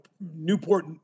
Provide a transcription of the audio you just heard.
Newport